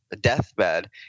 deathbed